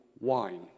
wine